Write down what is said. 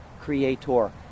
creator